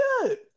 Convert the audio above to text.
good